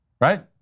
Right